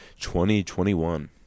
2021